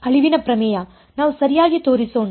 ಅಳಿವಿನ ಪ್ರಮೇಯ ನಾವು ಸರಿಯಾಗಿ ತೋರಿಸೋಣ